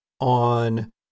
on